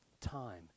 time